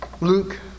Luke